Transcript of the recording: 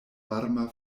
varma